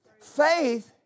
Faith